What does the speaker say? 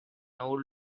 old